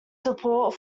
support